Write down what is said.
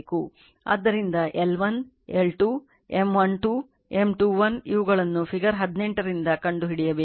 ಆದ್ದರಿಂದ L1 L2 M12 M21 ಇವುಗಳನ್ನು figure 18 ನಿಂದ ಕಂಡುಹಿಡಿಯಬೇಕು